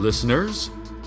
Listeners